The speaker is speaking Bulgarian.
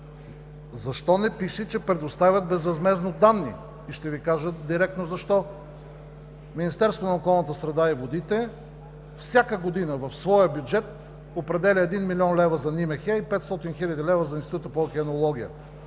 Защо не пише, че предоставят безвъзмездно данни? И ще Ви кажа директно защо. Министерството на околната среда и водите всяка година в своя бюджет определя 1 млн. лв. за НИМХ и 500 хил. лв. за Института по океанология.